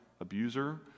abuser